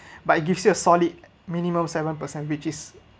but it gives you a solid minimum seven percent which is